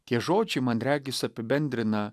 tie žodžiai man regis apibendrina